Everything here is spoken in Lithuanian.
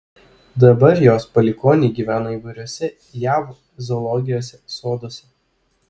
dabar jos palikuoniai gyvena įvairiuose jav zoologijos soduose